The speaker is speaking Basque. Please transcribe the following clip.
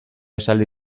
esaldi